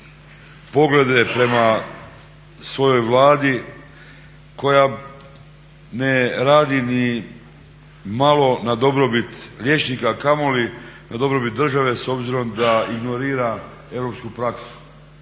poglede prema svojoj Vladi koja ne radi nimalo na dobrobit liječnika, a kamoli na dobrobit države s obzirom da ignorira europsku praksu.